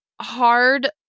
hard